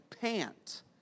pant